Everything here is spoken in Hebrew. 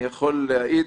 אני יכול להעיד,